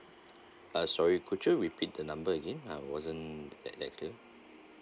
uh sorry could you repeat the number again I wasn't clear